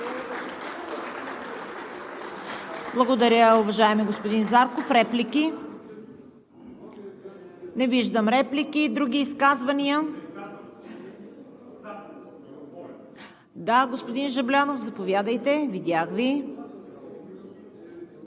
Благодаря, уважаеми господин Зарков. Реплики? Не виждам реплики. Други изказвания? Да, господин Жаблянов, заповядайте. Видях Ви.